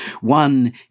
One